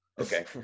Okay